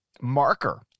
marker